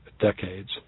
decades